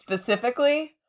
specifically